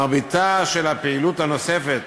מרביתה של הפעילות הנוספת